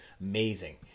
amazing